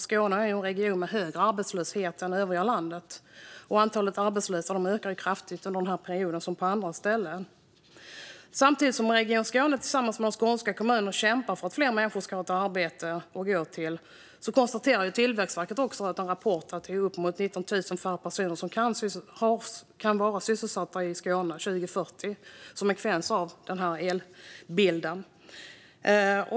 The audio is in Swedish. Skåne är en region med högre arbetslöshet än övriga landet. Antalet arbetslösa har precis som på andra ställen ökat kraftigt under den här perioden. Samtidigt som Region Skåne tillsammans med de skånska kommunerna kämpar för att fler människor ska ha ett arbete att gå till konstaterar Tillväxtverket i en rapport att uppemot 19 000 färre personer kan vara sysselsatta i Skåne 2040 - detta som en konsekvens av elbilden.